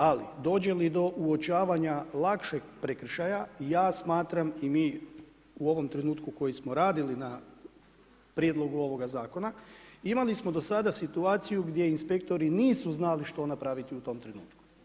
Ali, dođe li do uočavanja lakšeg prekršaja, ja smatram i mi u ovom trenutku koji smo radili na prijedlogu ovoga zakona, imali smo do sada situaciju gdje inspektori nisu znači što napraviti u ovom trenutku.